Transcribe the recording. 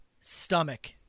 stomach